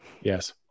yes